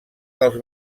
dels